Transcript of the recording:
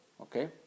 okay